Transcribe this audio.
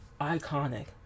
Iconic